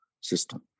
system